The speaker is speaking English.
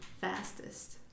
fastest